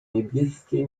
niebieskie